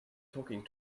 talking